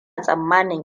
tsammanin